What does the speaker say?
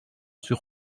sur